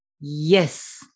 yes